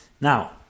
Now